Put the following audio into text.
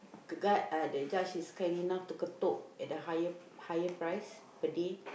the guard uh the judge is kind enough to ketuk at the higher higher price per day